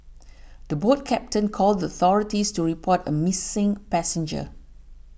the boat captain called the authorities to report a missing passenger